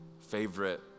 favorite